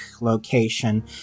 location